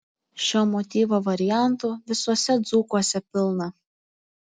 šio motyvo variantų visuose dzūkuose pilna